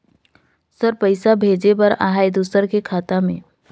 Sir पइसा भेजे बर आहाय दुसर के खाता मे?